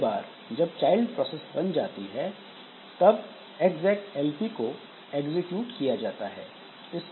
एक बार जब चाइल्ड प्रोसेस बन जाती है तब execlp को एग्जीक्यूट किया जाता है